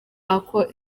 aka